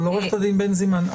עורכת הדין בנזימן,